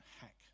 hack